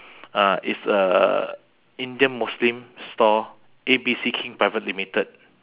uh it's a indian muslim stall A B C king private limited